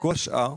כל השאר,